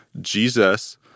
Jesus